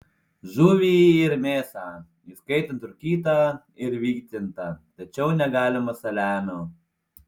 žuvį ir mėsą įskaitant rūkytą ir vytintą tačiau negalima saliamio